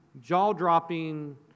jaw-dropping